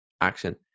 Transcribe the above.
action